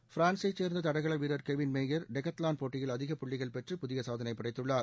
ஃபிரான்ஸை சேர்ந்த தடகள வீரர் கெவின் மேயர் டெக்காத்தலான் போட்டியில் அதிக புள்ளிகள் பெற்று புதிய சாதனைப் படைத்துள்ளார்